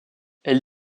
elle